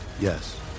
Yes